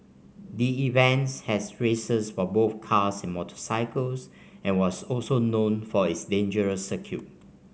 the event had races for both cars and motorcycles and was also known for its dangerous circuit